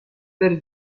per